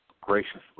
graciously